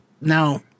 Now